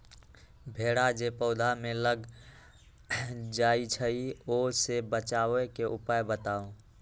भेरा जे पौधा में लग जाइछई ओ से बचाबे के उपाय बताऊँ?